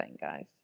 guys